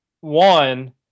one